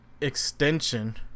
extension